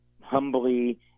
humbly